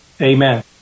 Amen